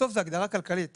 בסוף זו הגדרה כלכלית.